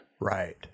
right